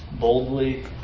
boldly